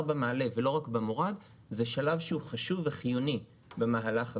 במעלה ולא רק במורד הוא שלב חשוב וחיוני במהלך הזה,